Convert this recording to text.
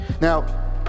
Now